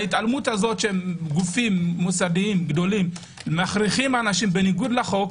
ההתעלמות של גופים מוסדיים גדולים מכריחים אנשים בניגוד לחוק